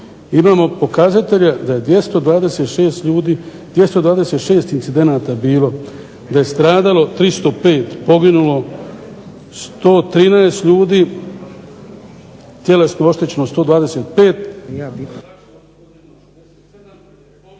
imamo pokazatelje da je 226 incidenata bilo, da je stradalo 305 da je poginulo 113 ljudi, tjelesno oštećeno 125,